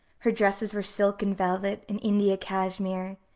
her dresses were silk and velvet and india cashmere,